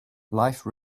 life